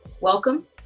welcome